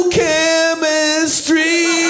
chemistry